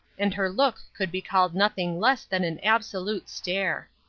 and her look could be called nothing less than an absolute stare.